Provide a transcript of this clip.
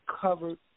covered